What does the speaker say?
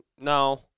No